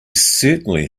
certainly